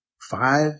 five